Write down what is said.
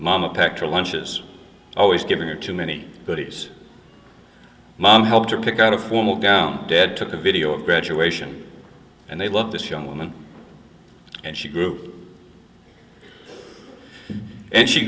mama pectoral lunches always giving her too many goodies mom helped her pick out a form of down dead took a video of graduation and they love this young woman and she grew and she